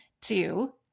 Two